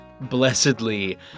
blessedly